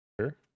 Sure